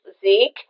Zeke